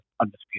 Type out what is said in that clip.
undisputed